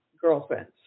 girlfriends